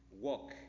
walk